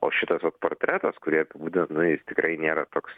o šitas vat portretas kurį apibūdinot nu jis tikrai nėra toks